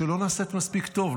שלא נעשית מספיק טוב,